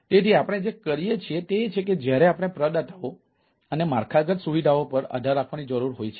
તેથી આ બે પ્રકારના છે